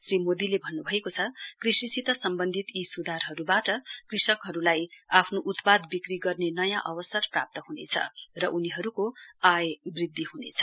श्री मोदीले भन्नुभयो कृषिसित सम्बन्धित यी सुधारहरुवाट कृषकहरुलाई आफ्नो उत्पाद विक्री गर्ने नयाँ अवसर प्राप्त हुनेछ र उनीहरुको आय वृधिद हुनेछ